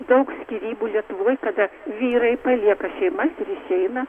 daug skyrybų lietuvoj kada vyrai palieka šeimas ateina